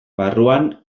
barruan